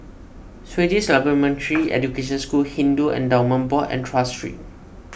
Swedish Supplementary Education School Hindu Endowments Board and Tras Street